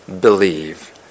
believe